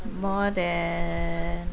more than